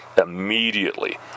immediately